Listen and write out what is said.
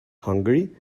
hungary